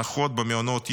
הנחות במעונות יום,